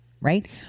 right